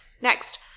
next